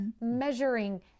measuring